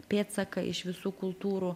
pėdsaką iš visų kultūrų